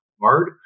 hard